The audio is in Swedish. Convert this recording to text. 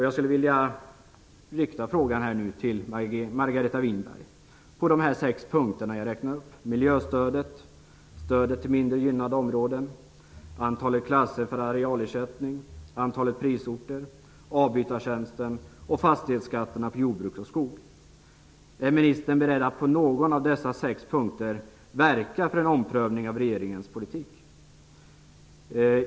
Jag skulle vilja rikta en fråga till Margareta Winberg mot bakgrund av de sex punkter som jag har räknat upp, om miljöstödet, om stödet till mindre gynnade områden, om antalet platser för arealersättning, om antalet prisorter, om avbytartjänsten och om fastighetsskatterna på jordbruk och skog. Är ministern beredd att på någon av dessa sex punkter verka för en omprövning av regeringens politik?